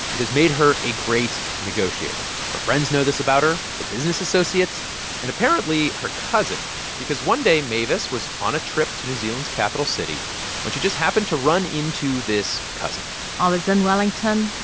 it has made her a great negotiator. her friends know this about her, her business associates and, apparently, her cousin because one day, mavis was on a to new zealand's capital city when she just happened to run into this cousin i was in wellington.